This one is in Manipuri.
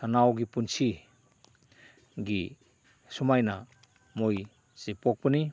ꯁꯟꯅꯥꯎꯒꯤ ꯄꯨꯟꯁꯤꯒꯤ ꯁꯨꯃꯥꯏꯅ ꯃꯣꯏꯁꯦ ꯄꯣꯛꯄꯅꯤ